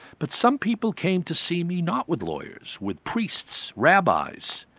but some people came to see me not with lawyers, with priests, rabbis,